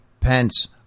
Pence